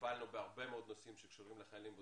טיפלנו בהרבה מאוד נושאים שקשורים לחיילים בודדים,